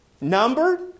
numbered